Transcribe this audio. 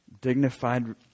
Dignified